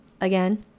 Again